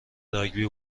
راگبی